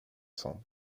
ensemble